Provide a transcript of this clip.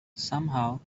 somehow